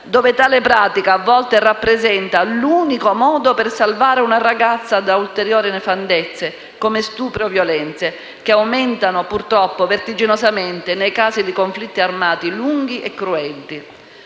dove tale pratica, a volte, rappresenta l'unico modo per salvare una ragazza da ulteriori nefandezze, come stupri o violenze, che aumentano purtroppo vertiginosamente nei casi di conflitti armati lunghi e cruenti.